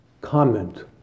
comment